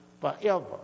forever